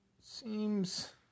seems